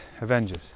Avengers